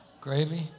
Gravy